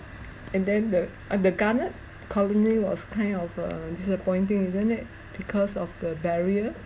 and then the uh the gannet colony was kind of uh disappointing isn't it because of the barrier